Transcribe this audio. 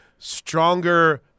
stronger